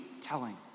telling